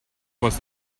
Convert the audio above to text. was